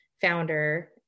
founder